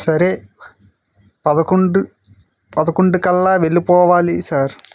సరే పదకొండు పదకొండుకు వెళ్ళిపోవాలి సార్